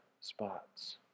spots